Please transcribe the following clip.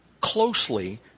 closely